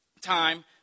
time